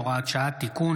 הוראת שעה) (תיקון),